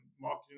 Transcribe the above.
marketing